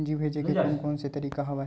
पूंजी भेजे के कोन कोन से तरीका हवय?